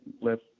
left